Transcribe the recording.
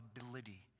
ability